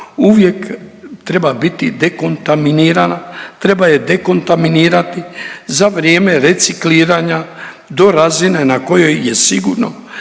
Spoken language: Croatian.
uvijek treba biti dekontaminirana, treba je dekontaminirati za vrijeme recikliranja do razine na kojoj je sigurno